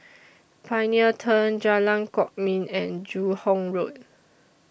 Pioneer Turn Jalan Kwok Min and Joo Hong Road